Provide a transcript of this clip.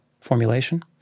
formulation